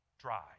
dry